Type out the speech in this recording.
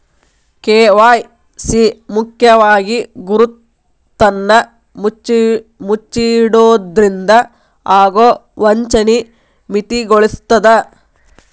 KYC ಮುಖ್ಯವಾಗಿ ಗುರುತನ್ನ ಮುಚ್ಚಿಡೊದ್ರಿಂದ ಆಗೊ ವಂಚನಿ ಮಿತಿಗೊಳಿಸ್ತದ